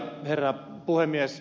herra puhemies